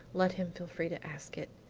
let him feel free to ask it.